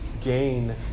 gain